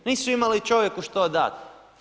Nisu imali čovjeku što dati.